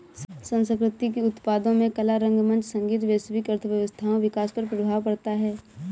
सांस्कृतिक उत्पादों में कला रंगमंच संगीत वैश्विक अर्थव्यवस्थाओं विकास पर प्रभाव पड़ता है